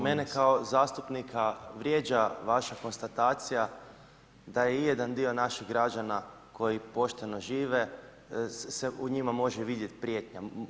Mene kako zastupnika vrijeđa vaša konstatacija da je ijedan dio naših građana koji pošteno žive se u njima može vidjeti prijetnja.